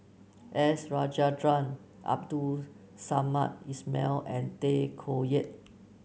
S Rajendran Abdul Samad Ismail and Tay Koh Yat